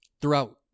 throughout